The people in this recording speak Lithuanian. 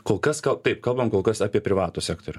kol kas taip kalbam kol kas apie privatų sektorių